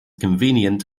convenient